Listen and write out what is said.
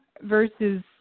versus